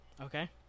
Okay